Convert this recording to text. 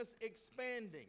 expanding